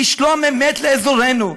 שלום אמת לאזורנו,